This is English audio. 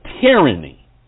tyranny